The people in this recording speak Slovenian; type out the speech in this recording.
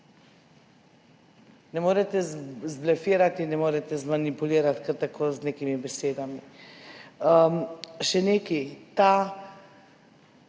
Ne morete zblefirati, ne morete zmanipulirati kar tako z nekimi besedami. Ne morem